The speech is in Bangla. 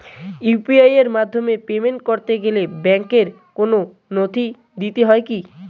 ইউ.পি.আই এর মাধ্যমে পেমেন্ট করতে গেলে ব্যাংকের কোন নথি দিতে হয় কি?